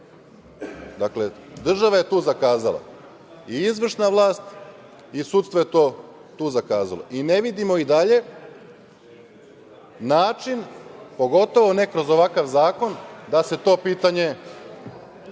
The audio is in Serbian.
došlo. Država je tu zakazala i izvršna vlast i sudstvo je tu zakazalo. Ne vidimo i dalje način, pogotovo ne kroz ovakav zakon, da se to pitanje